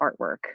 artwork